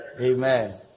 Amen